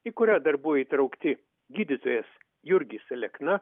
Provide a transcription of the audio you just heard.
į kurią dar buvo įtraukti gydytojas jurgis alekna